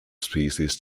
species